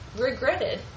Regretted